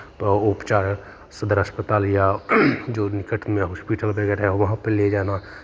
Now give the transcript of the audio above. उपचार सदर अस्पताल या जो निकट में हॉस्पिटल वगैरह है वहाँ पे ले जाना